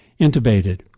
intubated